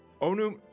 Onu